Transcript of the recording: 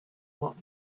what